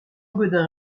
gaudin